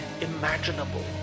imaginable